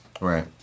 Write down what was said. Right